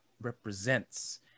represents